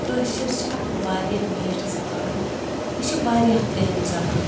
کٲشر چھِ اکھ واریاہ میٖٹھۍ زبان یہِ چھِ واریاہ پرٲنۍ زبان